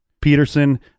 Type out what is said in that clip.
Peterson